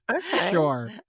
sure